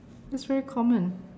it's very common